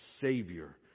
Savior